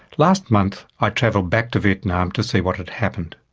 last month i travelled back to vietnam to see what had happened.